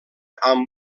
amb